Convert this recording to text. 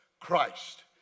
Christ